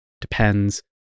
depends